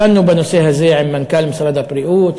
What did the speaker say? דנו בנושא הזה עם מנכ"ל משרד הבריאות,